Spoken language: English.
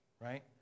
right